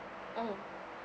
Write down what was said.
mm